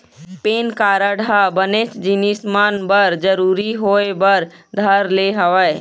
PAN card ह बनेच जिनिस मन बर जरुरी होय बर धर ले हवय